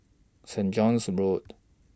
Saint John's Road